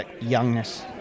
youngness